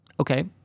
Okay